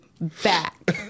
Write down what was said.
back